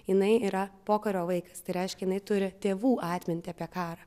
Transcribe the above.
jinai yra pokario vaikas tai reiškia jinai turi tėvų atmintį apie karą